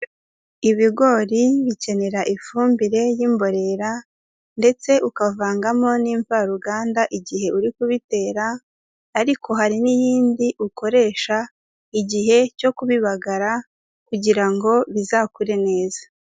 Ibigori bikenera ifumbire y'imborera ndetse ukavangamo n'imvaruganda igihe uri kubitera, ariko hari n'iyindi ukoresha igihe cyo kubibagara kugira ngo bizakure neza.